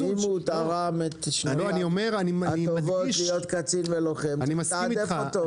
אם הוא תרם את שנותיו הטובות להיות קצין ולוחם צריך לתעדף אותו.